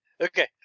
okay